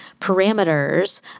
parameters